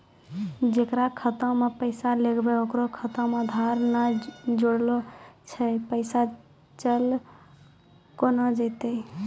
जेकरा खाता मैं पैसा लगेबे ओकर खाता मे आधार ने जोड़लऽ छै पैसा चल कोना जाए?